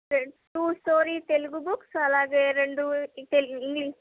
two story Telugu books అలాగే రెండు తె ఇంగ్లిష్